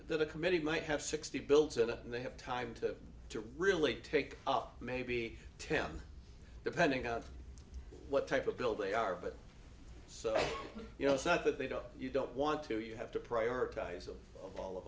that the committee might have sixty built it up and they have time to to really take up maybe ten depending on what type of bill they are but so you know it's not that they don't you don't want to you have to prioritize of all of